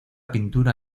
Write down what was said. pintura